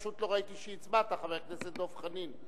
פשוט לא ראיתי שהצבעת, חבר הכנסת דב חנין.